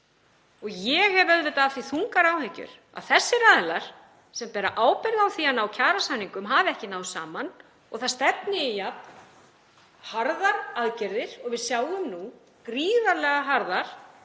Ég hef auðvitað af því þungar áhyggjur að þessir aðilar sem bera ábyrgð á því að ná kjarasamningum hafi ekki náð saman og það stefni í jafn harðar aðgerðir og við sjáum nú, gríðarlega harðar